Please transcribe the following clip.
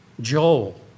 Joel